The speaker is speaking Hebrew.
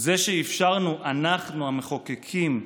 זה שאפשרנו, אנחנו, המחוקקים,